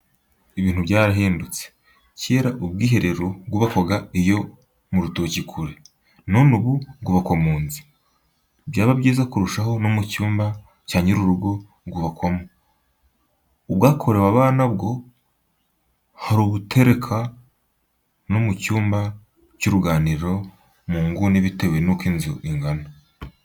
Ibintu byarahindutse, cyera ubwiherero bwubakwaga iyo mu rutoki kure, none ubu bwubakwa mu nzu, byaba byiza kurushaho no mu cyumba cya nyir'urugo bwubakwamo, ubwakorewe abana bwo hari ababutereka no mu cyumba cy'uruganiriro mu nguni, bitewe n'uko inzu ingana.